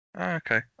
Okay